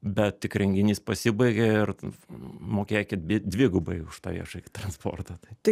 bet tik renginys pasibaigė ir mokėkit dvigubai už tą viešąjį transportą tai